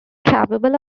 capable